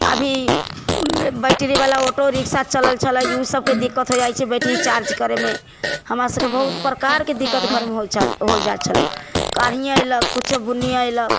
अभी बैट्रीवला auto rickshaw चलल छलै उ सबके दिक्कत हो जाइ छलै बैट्री चार्ज करैमे हमरा सबके बहुत प्रकारके दिक्क्त घरमे हो जाइ छलै पनिये ऐलक कुछो बुनिए ऐलक